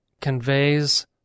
conveys